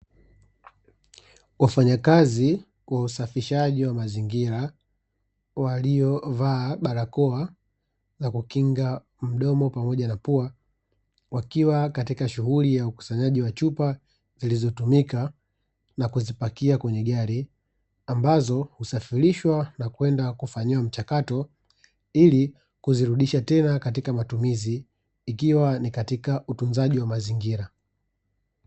Wafanya kazi wa usafishaji wa mazingira waliovaa barakoa za kukinga mdomo pamoja na pua, wakiwa katika shughuli ya ukusanyaji wa chupa zilizotumika na kuzipakia kwenye gari, ambazo husafirishwa na kwenda kufanyiwa mchakato ili kuzirudisha tena katika matumizi ikiwa ni katika utunzaji wa mazingira.